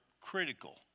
critical